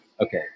okay